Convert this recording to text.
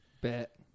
Bet